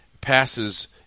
passes